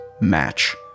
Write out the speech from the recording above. match